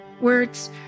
Words